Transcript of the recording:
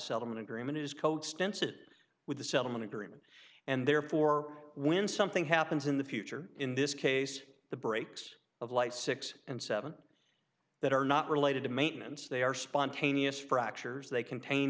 settlement agreement is code stance it with the settlement agreement and therefore when something happens in the future in this case the breaks of life six and seven that are not related to maintenance they are spontaneous fractures they contain